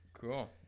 Cool